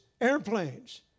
airplanes